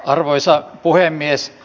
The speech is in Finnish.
arvoisa puhemies